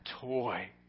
toy